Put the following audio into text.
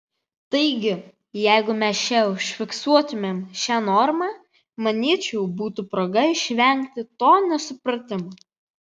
taigi jeigu mes čia užfiksuotumėm šią normą manyčiau būtų proga išvengti to nesupratimo